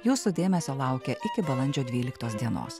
jūsų dėmesio laukia iki balandžio dvyliktos dienos